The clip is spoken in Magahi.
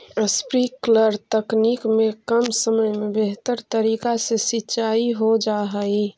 स्प्रिंकलर तकनीक में कम समय में बेहतर तरीका से सींचाई हो जा हइ